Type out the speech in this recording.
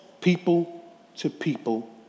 people-to-people